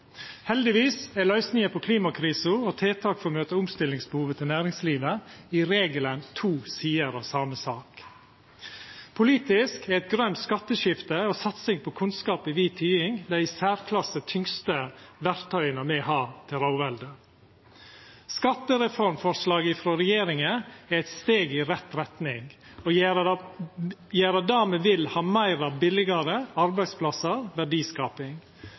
Heldigvis er løysinga på klimakrisa og tiltak for å møta omstillingsbehova til næringslivet i regelen to sider av same sak. Politisk er eit grønt skatteskifte og satsing på kunnskap i vid betyding dei i særklasse tyngste verktøya me har til rådvelde. Skattereformforslaget frå regjeringa er eit steg i rett retning og gjer det me vil ha meir av, billegare: arbeidsplassar, verdiskaping.